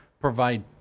provide